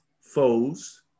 foes